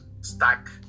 stack